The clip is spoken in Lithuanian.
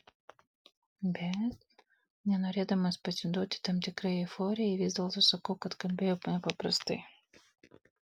bet nenorėdamas pasiduoti tam tikrai euforijai vis dėlto sakau kad kalbėjo nepaprastai